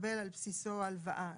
ולקבל על בסיסו הלוואה.